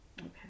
Okay